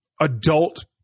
adult